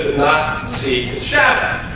see the shadow